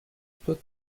put